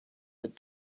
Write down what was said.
had